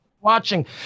watching